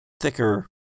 thicker